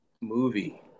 movie